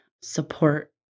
support